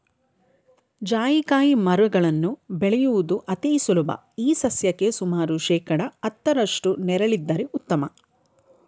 ಜಾಯಿಕಾಯಿ ಮರಗಳನ್ನು ಬೆಳೆಯುವುದು ಅತಿ ಸುಲಭ ಈ ಸಸ್ಯಕ್ಕೆ ಸುಮಾರು ಶೇಕಡಾ ಹತ್ತರಷ್ಟು ನೆರಳಿದ್ದರೆ ಉತ್ತಮ